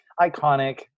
iconic